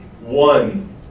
one